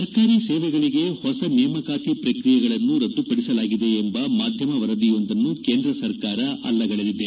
ಸರ್ಕಾರ ಸೇವೆಗಳಿಗೆ ಹೊಸ ನೇಮಕಾತಿ ಪ್ರಕ್ರಿಯೆಗಳನ್ನು ರದ್ದುಪಡಿಸಲಾಗಿದೆ ಎಂಬ ಮಾಧ್ಯಮ ವರದಿಯೊಂದನ್ನು ಕೇಂದ್ರ ಸರ್ಕಾರ ಅಲ್ಲಗೆಳದಿದೆ